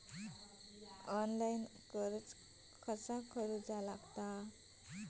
Online कर्ज कसा करायचा?